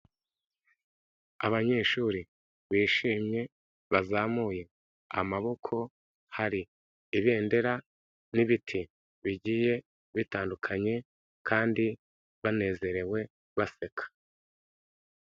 Abanyeshuri bishimye bazamuye amaboko, hari ibendera n'ibiti bigiye bitandukanye kandi banezerewe baseka.